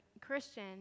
Christian